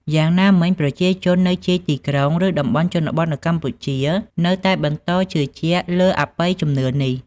យ៉ាងណាមិញ ប្រជាជននៅជាយទីក្រុង ឬតំបន់ជនបទនៅកម្ពុជា នៅតែបន្តជឿជាក់លើអបិយជំនឿនេះ។